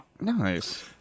Nice